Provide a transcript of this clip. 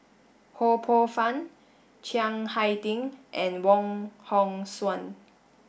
Ho Poh Fun Chiang Hai Ding and Wong Hong Suen